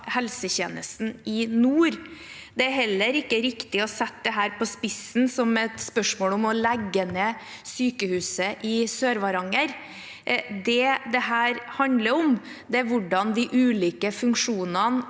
helsetjenesten i nord. Det er heller ikke riktig å sette dette på spissen – som et spørsmål om å legge ned sykehuset i Sør-Varanger. Det dette handler om, er hvordan de ulike funksjonene